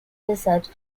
research